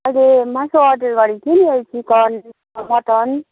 मैले मासु अर्डर गरेको थिएँ नि चिकन मटन